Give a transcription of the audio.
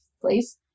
please